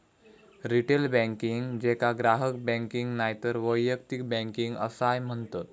retail banking, जेका ग्राहक banking नायतर वैयक्तिक बँकिंग असाय म्हणतत